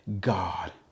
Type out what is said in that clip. God